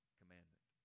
commandment